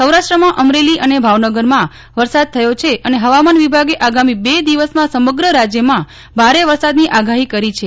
સૌરાષ્ટ્રમાં અમરેલી અને ભાવનગરમાં વરસાદ થયો છે અને હવામાન વિભાગે આગામી બે દિવસમાં સમગ્ર રાજયમાં ભારે વરસાદ ની આગારી કરી છે